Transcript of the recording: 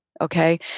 Okay